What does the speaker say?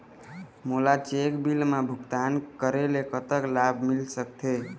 मोला cheque bill मा भुगतान करेले कतक लाभ मिल सकथे?